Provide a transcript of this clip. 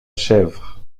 chèvre